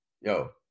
yo